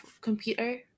computer